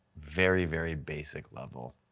very, very basic level,